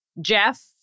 Jeff